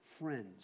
friends